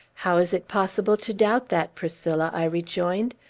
how is it possible to doubt that, priscilla? i rejoined.